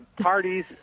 Parties